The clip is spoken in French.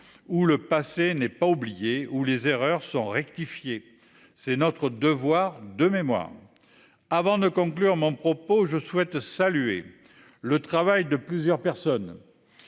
Où le passé n'est pas oublié ou les erreurs sont rectifier. C'est notre devoir de mémoire. Avant de conclure mon propos je souhaite saluer le travail de plusieurs personnes.